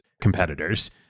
competitors